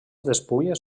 despulles